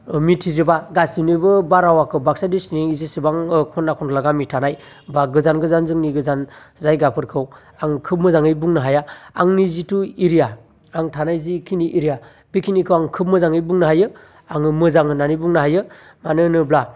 मिथिजोबा गासिबनिबो बारहावाखौ बाकसा डिस्ट्रिकनि जेसेबां खना खनला गामि थानाय बा गोजान गोजान जोंनि गोजान जायगाफोरखौ आं खोब मोजाङै बुंनो हाया आंनि जिथु एरिया आं थानाय जिखिनि एरिया बेखिनिखौ आं खोब मोजाङै बुंनो हायो आङो मोजां होन्नानै बुंनो हायो मानो होनोब्ला